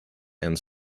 and